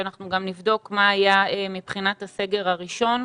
אנחנו גם נבדוק מה היה מבחינת הסגר הראשון.